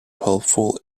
helpful